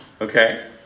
Okay